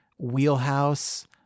wheelhouse